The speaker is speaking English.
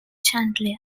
chandler